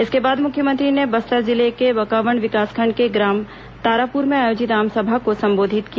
इसके बाद मुख्यमंत्री ने बस्तर जिले के बकावंड विकासखंड के ग्राम तारापुर में आयोजित आमसभा को संबोधित किया